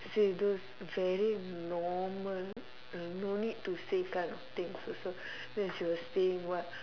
she those very normal no need to say kind of things also then she will say what